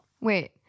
Wait